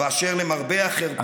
ואשר למרבה החרפה,